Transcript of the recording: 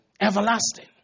Everlasting